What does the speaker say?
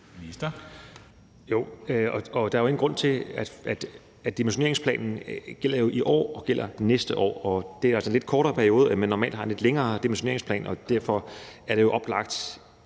Heunicke): Jo, og der er jo en grund til, at dimensioneringsplanen gælder i år og gælder næste år, og det er altså en lidt kortere periode, end man normalt har i en dimensioneringsplan. Og derfor er det jo oplagt,